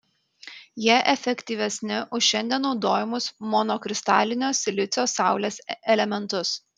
jie efektyvesni už šiandien naudojamus monokristalinio silicio saulės elementus